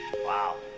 wow,